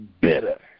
bitter